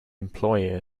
employer